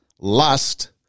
Lust